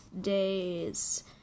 days